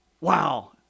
Wow